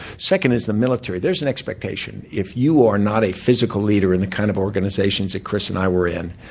second is the military. there's an expectation. if you are not a physical leader in the kind of organizations that chris and i were in,